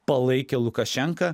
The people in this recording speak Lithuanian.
palaikė lukašenką